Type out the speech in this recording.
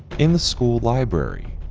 in the school library,